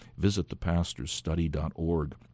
visitthepastorsstudy.org